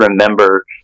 remember